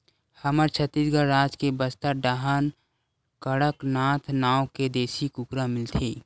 हमर छत्तीसगढ़ राज के बस्तर डाहर कड़कनाथ नाँव के देसी कुकरा मिलथे